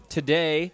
today